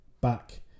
back